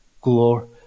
glory